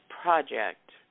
project